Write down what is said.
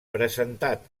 presentat